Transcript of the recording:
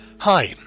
Hi